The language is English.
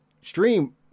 Stream